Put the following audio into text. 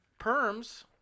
perms